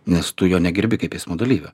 nes tu jo negerbi kaip eismo dalyvio